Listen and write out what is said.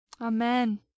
Amen